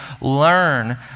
learn